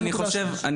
אני